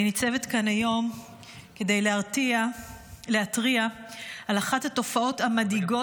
אני ניצבת כאן היום כדי להתריע על אחת התופעות המדאיגות